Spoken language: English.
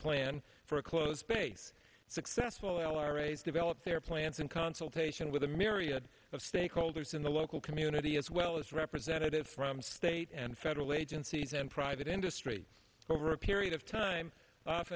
plan for a close space successful l r a's develop their plans in consultation with the myriad of stakeholders in the local community as well as representatives from state and federal agencies and private industry over a period of time